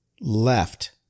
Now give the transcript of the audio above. left